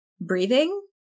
breathing